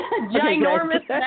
ginormous